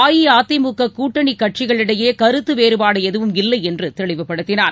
அஇஅதிமுக கூட்டணி கட்சிகளிடையே கருத்து வேறுபாடு எதுவும் இல்லை என்று தெளிவுபடுத்தினார்